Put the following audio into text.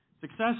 Success